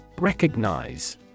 Recognize